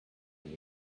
when